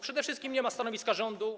Przede wszystkim nie ma stanowiska rządu.